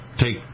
Take